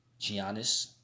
Giannis